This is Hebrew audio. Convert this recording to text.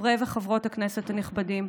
חברי וחברות הכנסת הנכבדים,